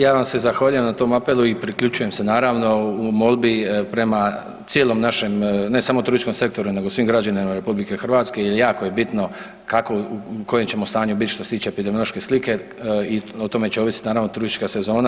Ja vas se zahvaljujem na tom apelu i priključujem se naravno u molbi prema cijelom našem ne samo turističkom sektoru nego svim građanima RH jer jako je bitno kako, u kojem ćemo stanju bit što se tiče epidemiološke slike i o tome će ovisit naravno turistička sezona.